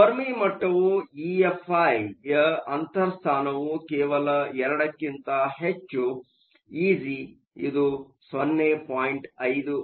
ಆದ್ದರಿಂದ ಫೆರ್ಮಿ ಮಟ್ಟವು ಇಎಫ್ಐ ಯ ಅಂತರ್ ಸ್ಥಾನವು ಕೇವಲ 2 ಕ್ಕಿಂತ ಹೆಚ್ಚು ಇಜಿ ಇದು 0